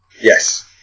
Yes